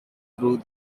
through